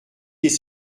des